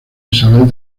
isabel